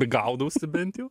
gaudausi bent jau